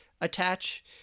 attach